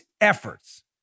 efforts